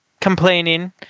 complaining